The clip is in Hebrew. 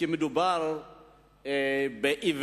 כי מדובר באיוולת